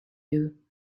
you